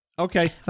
Okay